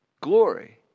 Glory